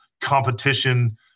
competition –